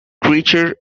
creature